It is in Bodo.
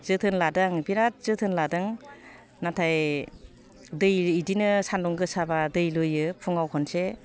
जोथोन लादों आङो बिराद जोथोन लादों नाथाय बिदिनो सान्दुं गोसाबा दै लुयो फुंआव खनसे